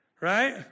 Right